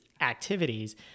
activities